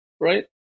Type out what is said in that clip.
right